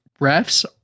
refs